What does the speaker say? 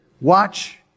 watch